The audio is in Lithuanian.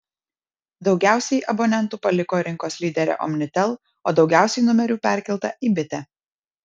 daugiausiai abonentų paliko rinkos lyderę omnitel o daugiausiai numerių perkelta į bitę